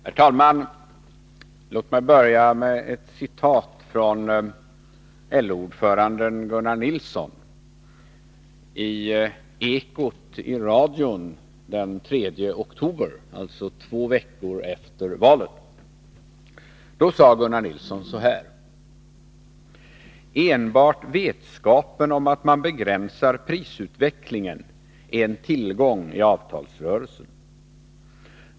Herr talman! Låg mig börja med ett citat från LO-ordföranden Gunnar Nilsson. I ekot i radion den 3 oktober, två veckor efter valet, sade Gunnar Nilsson: ”Enbart vetskapen om att man begränsar prisutvecklingen är en tillgång i avtalsrörelsen.